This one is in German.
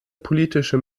politische